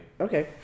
Okay